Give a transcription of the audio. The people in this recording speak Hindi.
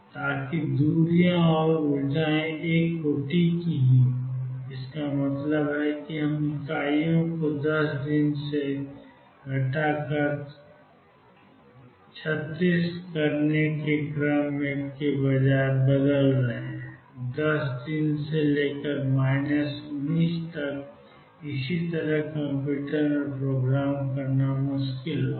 ताकि दूरियां और ऊर्जाएं 1 कोटि की हों इसका मतलब है कि हम इकाइयों को १० दिन से घटाकर ३६ करने के क्रम के बजाय बदल रहे हैं 10 दिन से लेकर माइनस 19 तक और इसी तरह कंप्यूटर में प्रोग्राम करना बहुत मुश्किल होगा